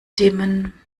dimmen